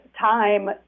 time